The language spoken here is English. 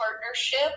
partnership